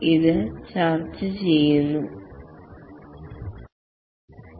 ഇത് ഇവിടെ ചർച്ച ചെയ്യുകയില്ല